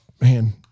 man